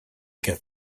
get